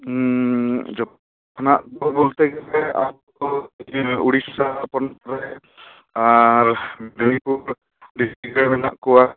ᱡᱚᱛᱟ ᱳᱰᱤᱥᱟ ᱯᱚᱱᱚᱛ ᱨᱮᱱ ᱟᱨ ᱢᱟᱬᱤᱯᱤᱨ ᱰᱤᱥᱴᱤᱠ ᱨᱮ ᱢᱮᱱᱟᱜ ᱠᱚᱣᱟ